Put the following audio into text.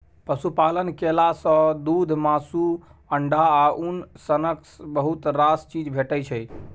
पशुपालन केला सँ दुध, मासु, अंडा आ उन सनक बहुत रास चीज भेटै छै